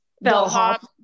bellhop